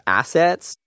assets